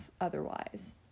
otherwise